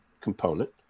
component